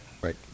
Right